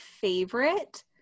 favorite